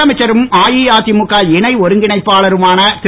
முதலமைச்சரும் அஇஅதிமுக இணை ஒருங்கிணைப்பாளருமான திரு